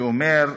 שאומר: